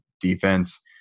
defense